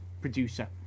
producer